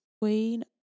queen